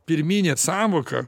pirminė sąvoka